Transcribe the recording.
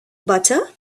butter